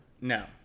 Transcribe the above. No